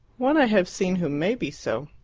one i have seen who may be so.